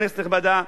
כנסת נכבדה,